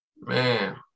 Man